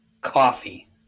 Coffee